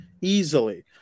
easily